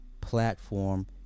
platform